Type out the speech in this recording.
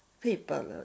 people